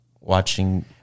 watching